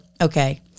okay